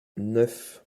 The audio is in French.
neuf